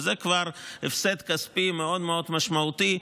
וזה כבר הפסד כספי מאוד מאוד משמעותי,